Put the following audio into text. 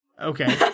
Okay